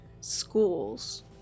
schools